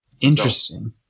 Interesting